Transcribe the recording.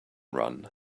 run